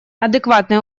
адекватное